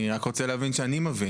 אני רק רוצה להבין שאני מבין.